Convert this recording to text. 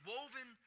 Woven